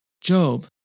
Job